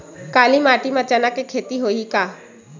काली माटी म चना के खेती होही का?